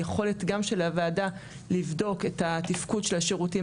היכולת גם של הוועדה לבדוק את התפקוד של השירותים